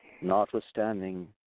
notwithstanding